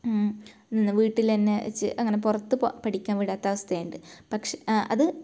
ഇന്ന് വീട്ടിൽ തന്നെ ചെ അങ്ങനെ പുറത്ത് പഠിക്കാൻ വിടാത്ത അവസ്ഥ ഉണ്ട് പക്ഷേ അത്